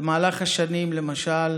במהלך השנים, למשל,